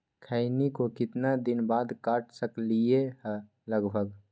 खैनी को कितना दिन बाद काट सकलिये है लगभग?